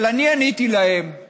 אבל אני עניתי להם, דודי,